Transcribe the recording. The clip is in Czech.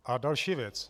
A další věc.